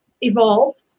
evolved